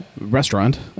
restaurant